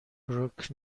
بروک